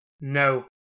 No